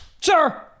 Sir